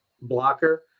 blocker